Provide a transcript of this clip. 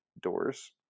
doors